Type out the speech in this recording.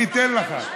אני אתן לך,